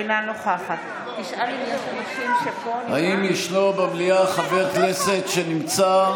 אינה נוכחת האם יש במליאה חבר כנסת שנמצא,